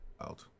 out